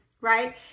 right